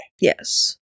Yes